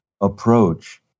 approach